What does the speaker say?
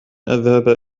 أذهب